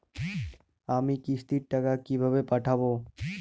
আমি কিস্তির টাকা কিভাবে পাঠাব?